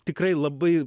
tikrai labai